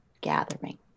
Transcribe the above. gathering